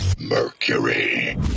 Mercury